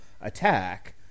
attack